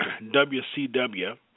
WCW